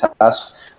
tasks